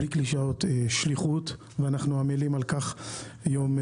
בלי קלישאות, שליחות, ואנחנו עמלים על כך יום-יום.